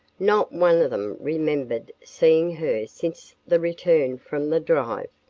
not one of them remembered seeing her since the return from the drive.